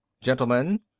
Gentlemen